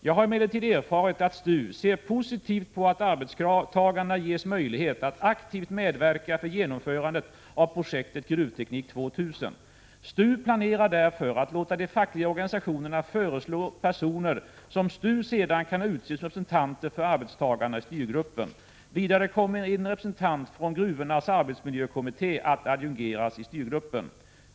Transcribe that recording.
Jag har emellertid erfarit att STU ser positivt på att arbetstagarna ges möjlighet att aktivt verka för genomförandet av projektet Gruvteknik 2000. STU planerar därför att låta de fackliga organisationerna föreslå personer som STU sedan kan utse som representanter för arbetstagarna i styrgruppen. Vidare kommer en representant från Gruvornas arbetsmiljökommitté att adjungeras i styrgruppen.